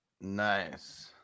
Nice